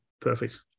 perfect